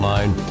Line